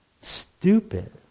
stupid